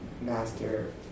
master